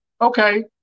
okay